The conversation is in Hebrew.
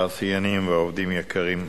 תעשיינים ועובדים יקרים,